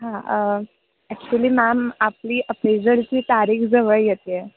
हां actually ma'am आपली अप्रेझलची तारीख जवळ येते